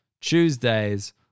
Tuesdays